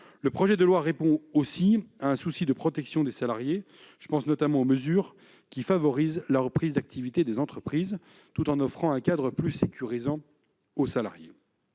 Ce projet de loi répond aussi à un souci de protection des salariés. Je pense notamment aux mesures qui favorisent la reprise de l'activité des entreprises tout en offrant un cadre plus sécurisant aux salariés.